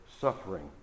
suffering